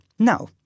Now